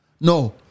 No